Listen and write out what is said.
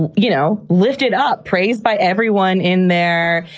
you know, lifted up, praised by everyone in there.